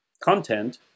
content